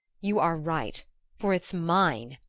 you are right for it's mine!